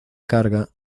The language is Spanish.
carga